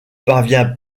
parvient